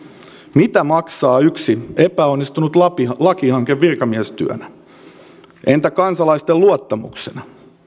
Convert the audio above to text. mitä maksaa yksi epäonnistunut lakihanke virkamiestyönä entä kansalaisten luottamuksena